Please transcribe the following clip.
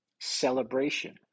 celebration